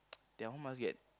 that one must get